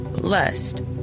Lust